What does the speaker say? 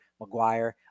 McGuire